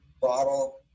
bottle